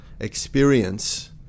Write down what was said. Experience